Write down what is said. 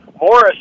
Morris